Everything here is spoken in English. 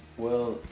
well,